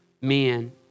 men